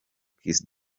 kiss